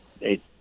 eight